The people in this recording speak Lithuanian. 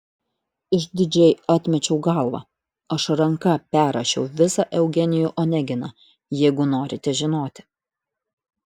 išdidžiai atmečiau galvą aš ranka perrašiau visą eugenijų oneginą jeigu norite žinoti